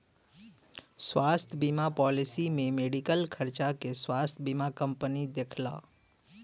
स्वास्थ्य बीमा पॉलिसी में मेडिकल खर्चा के स्वास्थ्य बीमा कंपनी देखला